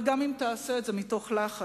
אבל גם אם תעשה את זה מתוך לחץ,